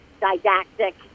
didactic